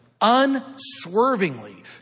unswervingly